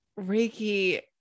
Reiki